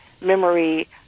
memory